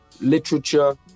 literature